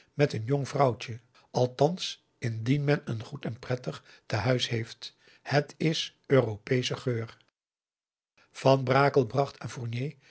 met een jong vrouwtje althans indien men een goed en prettig te huis heeft het is europeesche geur van brakel bracht aan fournier